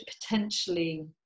potentially